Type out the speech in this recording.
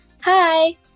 Hi